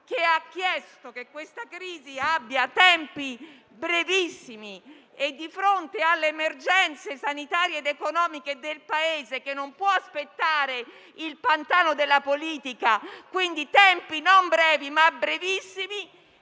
che ha chiesto che questa crisi abbia tempi brevissimi, e di fronte alle emergenze sanitarie ed economiche del Paese, che non può aspettare il pantano della politica (quindi, tempi non brevi, ma brevissimi),